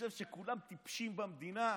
חושב שכולם טיפשים במדינה.